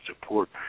support